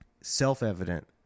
self-evident